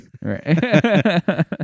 Right